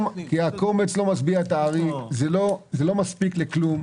הקומץ לא משביע את הארי, זה לא מספיק לכלום.